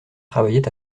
travaillait